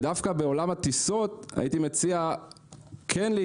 דווקא בעולם הטיסות הייתי מציע להיכנס